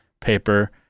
paper